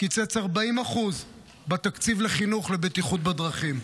קיצץ 40% בתקציב לחינוך לבטיחות בדרכים.